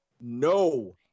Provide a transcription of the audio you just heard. No